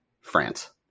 France